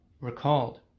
recalled